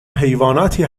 حیواناتی